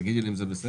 תגידי לי אם זה בסדר.